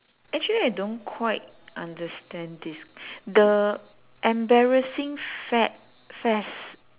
actually I don't quite understand this the embarrassing fad fest